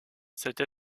cette